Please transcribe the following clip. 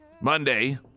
Monday